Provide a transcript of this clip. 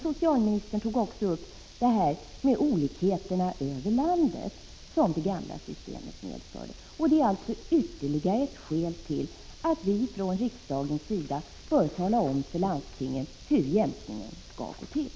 Socialministern tog också upp de olikheter över landet som det gamla systemet medförde. Det är ytterligare ett skäl till att riksdagen bör tala om för landstingen hur jämkningen skall gå till.